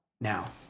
now